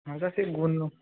ହଁ ସାର୍ ସେ ଗୁନୁ